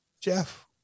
Jeff